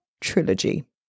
Trilogy